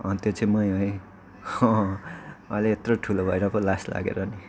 त्यो चाहिँ मै हो है अँ अहिले यत्रो ठुलो भएर पो लाज लागेर नि